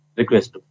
request